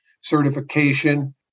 certification